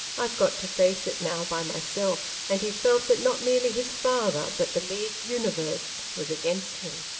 i've got to face it now, by myself. and he felt that not merely his father, but the leagued universe, was against him.